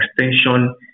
extension